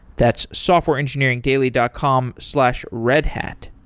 that's softwareengineeringdaily dot com slash redhat.